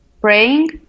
praying